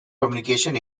communication